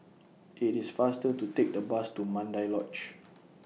IT IS faster to Take The Bus to Mandai Lodge